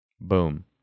Boom